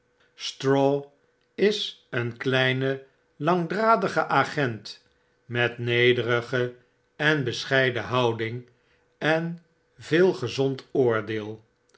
straw is een kleine langdradige agent met nederige en bescheiden houding en veel gezond oordeel